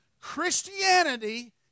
Christianity